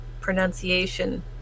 pronunciation